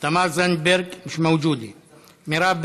תמר זנדברג,